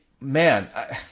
man